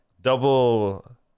double